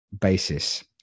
basis